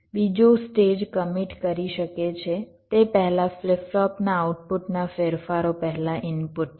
બીજો stage commit કરી શકે છે તે પહેલા ફ્લિપ ફ્લોપના આઉટપુટના ફેરફારો પહેલાં ઇનપુટ છે